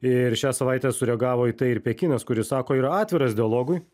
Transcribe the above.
ir šią savaitę sureagavo į tai ir pekinas kuris sako yra atviras dialogui